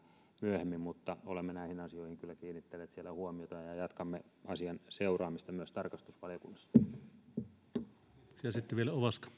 myöhemmin olemme näihin asioihin kyllä kiinnittäneet siellä huomiota ja jatkamme asian seuraamista myös tarkastusvaliokunnassa